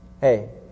Hey